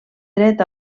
dret